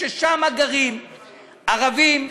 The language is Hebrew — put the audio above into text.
ששם גרים ערבים ויהודים,